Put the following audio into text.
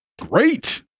great